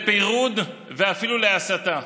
לפירוד ואפילו להסתה.